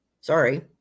Sorry